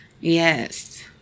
Yes